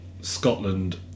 Scotland